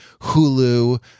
hulu